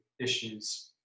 issues